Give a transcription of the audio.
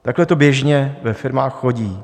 Takhle to běžně ve firmách chodí.